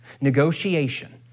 Negotiation